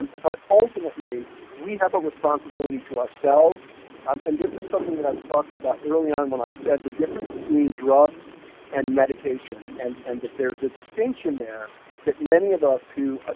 but, ultimately we have a responsibility to ourselves um and this is something that i was talking about early on when i said the difference between drugs and medication, and and, that there's a distinction there that many of us who,